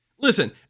Listen